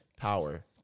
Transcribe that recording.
Power